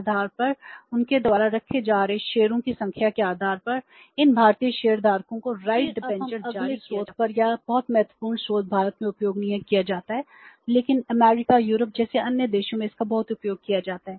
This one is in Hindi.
फिर हम अगले स्रोत पर जाते हैं और यह बहुत महत्वपूर्ण स्रोत भारत में उपयोग नहीं किया जाता है लेकिन अमेरिका यूरोप जैसे अन्य देशों में इसका बहुत उपयोग किया जाता है